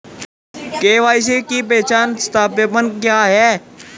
KYC पहचान सत्यापन क्या है?